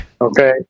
Okay